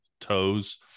toes